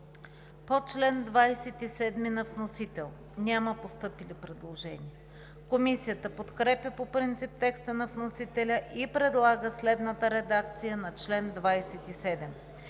По чл. 37 на вносител няма постъпили предложения. Комисията подкрепя по принцип текста на вносителя и предлага следната редакция на чл. 37: